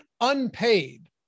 Unpaid